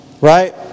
right